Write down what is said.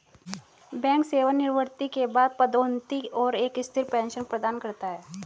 bank सेवानिवृत्ति के बाद पदोन्नति और एक स्थिर पेंशन प्रदान करता है